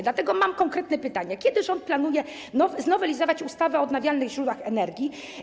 Dlatego mam konkretne pytania: Kiedy rząd planuje znowelizować ustawę o odnawialnych źródłach energii?